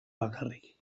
bakarrik